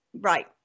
right